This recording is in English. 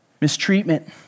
mistreatment